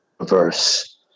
verse